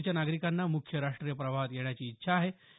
काश्मीरच्या नागरिकांना मुख्य राष्ट्रीय प्रवाहात येण्याची इच्छा आहे